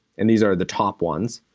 and these are the top ones,